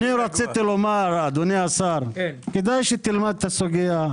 אדוני השר, כדאי שתלמד את הסוגיה.